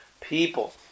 people